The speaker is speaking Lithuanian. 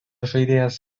žaidėjas